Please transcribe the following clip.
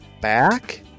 back